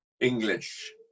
english